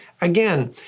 Again